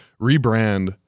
rebrand